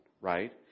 right